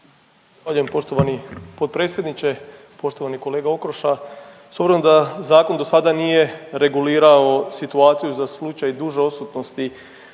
poštovani potpredsjedniče. Poštovani kolega Okroša, s obzirom da zakon do sada nije regulirao situaciju za slučaj duže odsutnosti